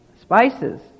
Spices